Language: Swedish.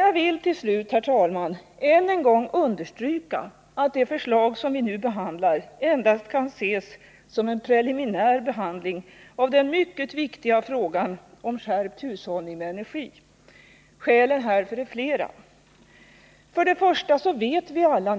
Jag vill till slut, herr talman, än en gång understryka att det förslag vi nu behandlar endast kan ses som en preliminär behandling av den mycket viktiga frågan om skärpt hushållning med energi. Skälen härför är flera. För det första vet vi alla